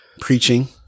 preaching